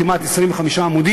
כמעט 25 עמודים,